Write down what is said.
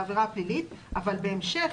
אבל בהמשך,